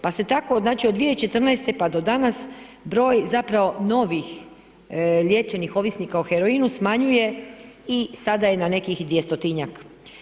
Pa se tako od 2014. pa do danas broj zapravo novih liječenih ovisnika o heroinu smanjuje i sada je na nekih 200-tinjak.